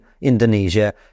Indonesia